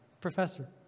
professor